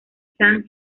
chang